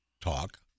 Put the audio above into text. talk